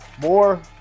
more